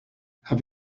have